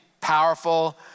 powerful